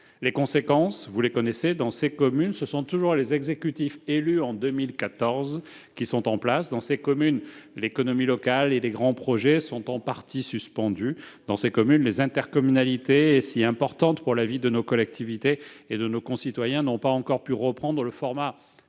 les conséquences : dans ces communes, les exécutifs élus en 2014 sont toujours en place. Dans ces communes, l'économie locale et les grands projets sont en partie suspendus. Dans ces communes, les intercommunalités, si importantes pour la vie de nos collectivités et de nos concitoyens, n'ont pas encore pu reprendre le format «